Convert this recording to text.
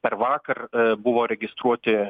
per vakar buvo registruoti